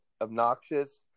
Obnoxious